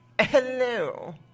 Hello